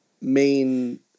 main